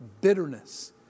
bitterness